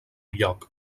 lloc